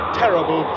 terrible